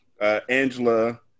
Angela